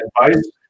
advice